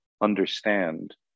understand